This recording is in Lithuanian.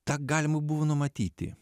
tą galima buvo numatyti